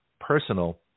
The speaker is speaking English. personal